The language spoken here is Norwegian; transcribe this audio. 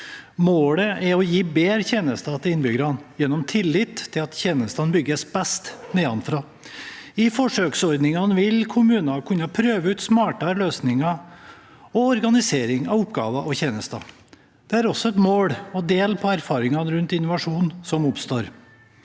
Målet er å gi bedre tjenester til innbyggerne gjennom tillit til at tjenestene bygges best nedenfra. I forsøksordningene vil kommuner kunne prøve ut smartere løsninger og organisering av oppgaver og tjenester. Det er også et mål å dele på erfaringene rundt innovasjon som oppstår.